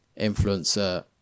influencer